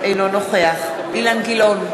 אינו נוכח אילן גילאון,